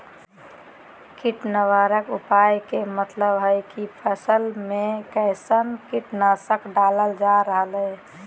कीट निवारक उपाय के मतलव हई की फसल में कैसन कीट नाशक डालल जा रहल हई